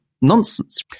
nonsense